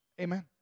Amen